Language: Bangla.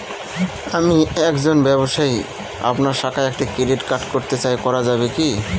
আমি একজন ব্যবসায়ী আপনার শাখায় একটি ক্রেডিট কার্ড করতে চাই করা যাবে কি?